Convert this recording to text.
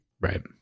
Right